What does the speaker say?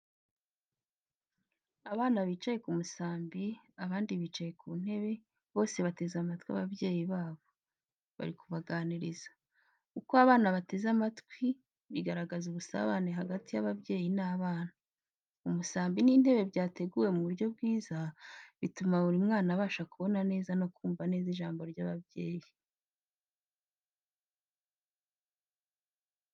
Abana bicaye ku musambi, abandi bicaye ku ntebe, bose bateze amatwi ababyeyi babo, bari kubaganiriza. Uko abana bateze amatwi, bigaragaza ubusabane hagati y'ababyeyi n'abana. Umusambi n'intebe byateguwe mu buryo bwiza, bituma buri mwana abasha kubona neza no kumva neza ijambo ry'ababyeyi.